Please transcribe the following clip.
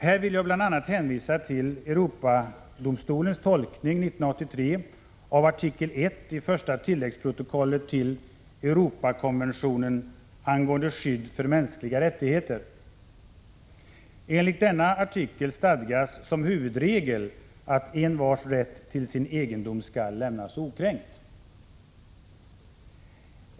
Här vill jag bl.a. hänvisa till Europadomstolens tolkning 1983 av artikel 1 i första tilläggsprotokollet till Europakonventionen angående skydd för mänskliga rättigheter. I denna artikel stadgas som huvudregel att envars rätt till sin egendom skall lämnas okränkt.